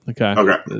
Okay